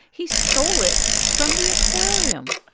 he stole it from the aquarium